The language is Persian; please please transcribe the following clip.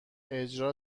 اجرا